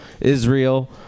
Israel